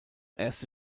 erste